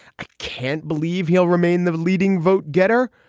i can't believe he'll remain the leading vote getter,